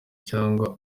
cyangwa